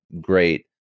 great